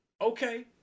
Okay